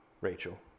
Rachel